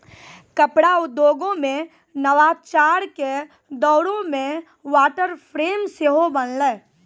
कपड़ा उद्योगो मे नवाचार के दौरो मे वाटर फ्रेम सेहो बनलै